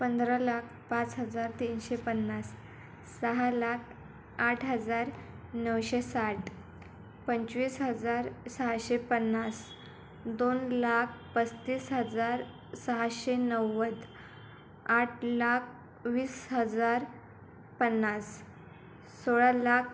पंधरा लाख पाच हजार तीनशे पन्नास सहा लाख आठ हजार नऊशे साठ पंचवीस हजार सहाशे पन्नास दोन लाख पस्तीस हजार सहाशे नव्वद आठ लाख वीस हजार पन्नास सोळा लाख